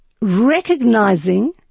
recognizing